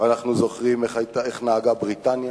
אנחנו זוכרים איך נהגה בריטניה,